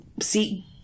see